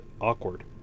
awkward